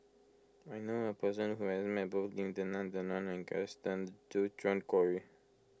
I knew a person who has met both Lim Denan Denon and Gaston Dutronquoy